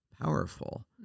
powerful